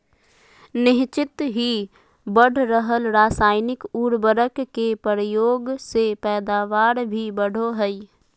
निह्चित ही बढ़ रहल रासायनिक उर्वरक के प्रयोग से पैदावार भी बढ़ो हइ